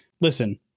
listen